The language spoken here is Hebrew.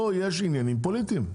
פה יש עניינים פוליטיים.